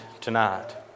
tonight